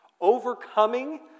overcoming